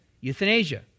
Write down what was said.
Euthanasia